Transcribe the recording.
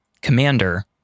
commander